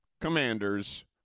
Commanders